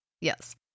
Yes